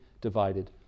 divided